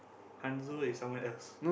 Hanzo is someone else